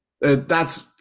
thats